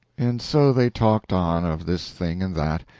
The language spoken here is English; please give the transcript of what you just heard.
and so they talked on of this thing and that,